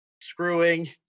screwing